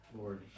Lord